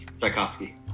Tchaikovsky